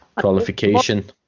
qualification